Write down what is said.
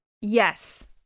Yes